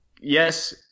yes